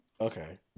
Okay